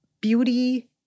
Beauty